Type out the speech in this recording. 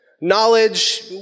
Knowledge